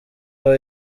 aho